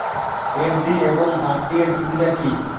FD এবং RD এর সুবিধা কী?